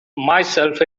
myself